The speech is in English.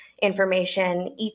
information